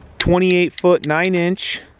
twenty eight foot nine inch